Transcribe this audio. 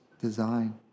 design